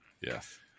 Yes